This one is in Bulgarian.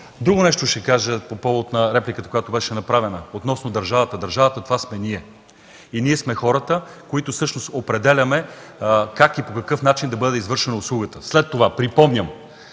кажа нещо друго по повод на репликата, която беше направена относно държавата. Държавата – това сме ние. Ние сме хората, които определяме как и по какъв начин да бъде извършена услугата. Припомням,